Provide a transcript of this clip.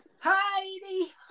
Heidi